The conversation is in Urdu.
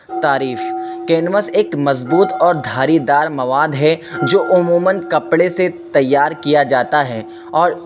تعریف کینوس ایک مضبوط اور دھاری دار مواد ہے جو عموماً کپڑے سے تیار کیا جاتا ہے اور